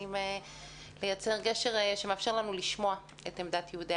רוצים גם לייצר גשר שמאפשר לנו לשמוע את עמדת יהודי